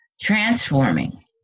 transforming